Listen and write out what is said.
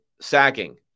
sacking